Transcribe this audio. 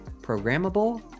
programmable